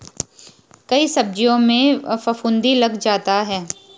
कई सब्जियों में फफूंदी लग जाता है